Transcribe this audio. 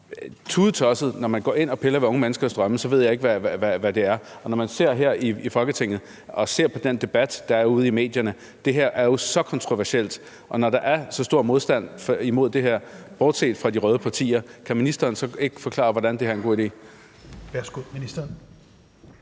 tudetosset at gå ind og pille ved unge menneskers drømme, så ved jeg ikke, hvad det er. I forhold til debatten her i Folketinget, i forhold til den debat, der er ude i medierne – det her er jo så kontroversielt – og i forhold til at der er så stor modstand imod det her bortset fra de røde partiers side, kan ministeren så ikke forklare, hvordan det her er en god idé? Kl. 15:58 Fjerde